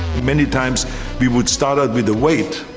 many times we would start out with the weight,